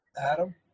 Adam